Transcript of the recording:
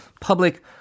public